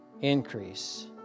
increase